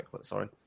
Sorry